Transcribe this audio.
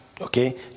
okay